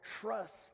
trust